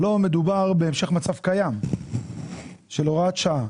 הלא מדובר בהמשך מצב קיים של הוראת שעה.